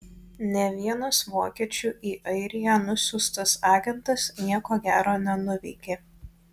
nė vienas vokiečių į airiją nusiųstas agentas nieko gero nenuveikė